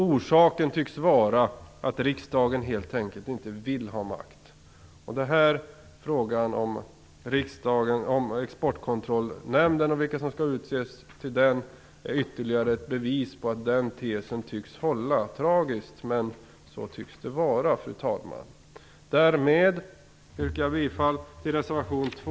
Orsaken tycks vara att riksdagen helt enkelt inte vill ha makt. Frågan om vilka som skall utses till ledamöter i Exportkontrollrådet är ytterligare ett bevis på att den tesen håller. Det är tragiskt, men så tycks det vara, fru talman. Därmed yrkar jag bifall till reservation 2.